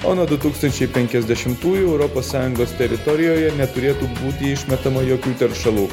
o nuo du tūkstančiai penkiasdešimtųjų europos sąjungos teritorijoje neturėtų būti išmetama jokių teršalų